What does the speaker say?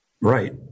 right